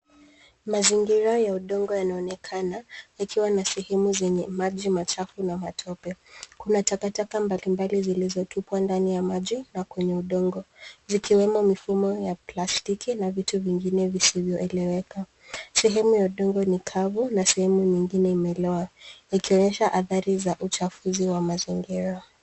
Mazingira ya udongo yanaonekana yakiwa na sehemu zenye maji machafu na matope. Kuna takataka mbalimbali zilizotupwa ndani ya maji na kwenye udongo zikiwemo mifumo ya plastiki na vitu vingine visivyoeleweka. Sehemu ya udongo ni kavu na sehemu nyingine imeloa ikionyesha athari za uchafuzi wa mazingira.